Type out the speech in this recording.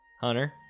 Hunter